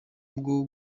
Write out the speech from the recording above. bwo